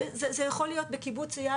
זה יכול להיות בקיבוץ אייל,